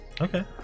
Okay